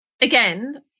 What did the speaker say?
again